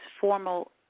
formal